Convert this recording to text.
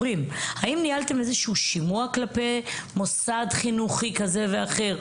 האם ניהלתם איזשהו שימוע כלפי מוסד חינוכי כזה ואחר?